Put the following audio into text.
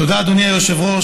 תודה, אדוני היושב-ראש.